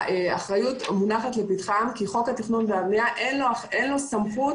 האחריות מונחת לפתחם כי לחוק התכנון והבניה אין סמכות